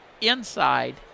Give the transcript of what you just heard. inside